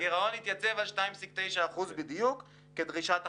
הגירעון התייצב על 2.9% בדיוק כדרישת החוק.